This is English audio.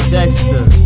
Dexter